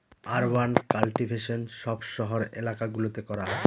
urban cultivation সব শহরের এলাকা গুলোতে করা হয়